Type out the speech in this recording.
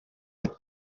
with